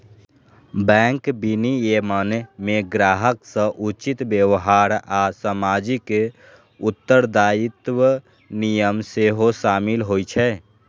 bank विनियमन मे ग्राहक सं उचित व्यवहार आ सामाजिक उत्तरदायित्वक नियम सेहो शामिल होइ छै